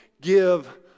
give